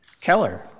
Keller